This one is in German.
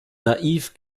naiv